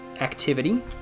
Activity